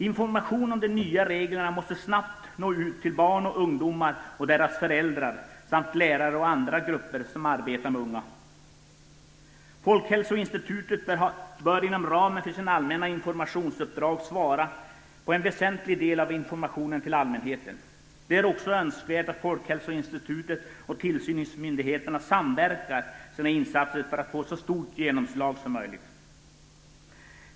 Information om de nya reglerna måste snabbt nå ut till barn och ungdomar och deras föräldrar samt lärare och andra grupper som arbetar med unga. Folkhälsoinstitutet bör inom ramen för sitt allmänna informationsuppdrag svara för en väsentlig del av informationen till allmänheten. Det är också önskvärt att Folkhälsoinstitutet och tillsynsmyndigheterna samverkar i sina insatser för att få så stort genomslag som möjligt.